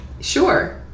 Sure